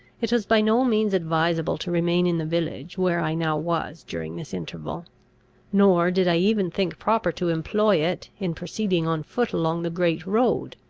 it was by no means advisable to remain in the village where i now was during this interval nor did i even think proper to employ it, in proceeding on foot along the great road.